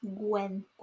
Gwen